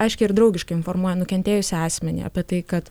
aiškiai ir draugiškai informuoja nukentėjusį asmenį apie tai kad